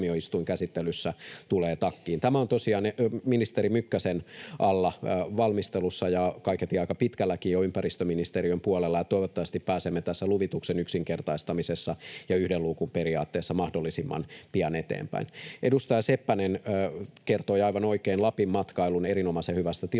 Tämä on tosiaan ministeri Mykkäsen alla valmistelussa ja kaiketi jo aika pitkälläkin ympäristöministeriön puolella, ja toivottavasti pääsemme tässä luvituksen yksinkertaistamisessa ja yhden luukun periaatteessa mahdollisimman pian eteenpäin. Edustaja Seppänen kertoi aivan oikein Lapin matkailun erinomaisen hyvästä tilanteesta